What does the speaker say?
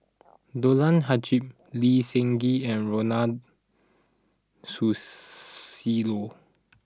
Dollah Hajid Lee Seng Gee and Ronald Susilo